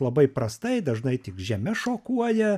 šios labai prastai dažnai tik žemės šokuoja